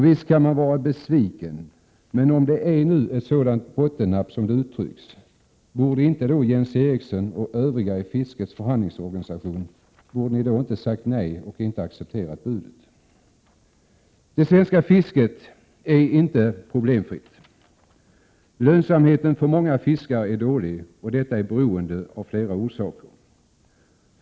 Visst kan man vara besviken, men om det är ett sådant bottennapp som Jens Eriksson uttryckte det borde inte Jens Eriksson och övriga i fiskets förhandlingsorganisation då ha sagt nej och inte accepterat budet? Det svenska fisket är inte problemfritt. Lönsamheten för många fiskare är Prot. 1987/88:123 dålig, och detta har flera orsaker.